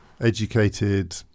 educated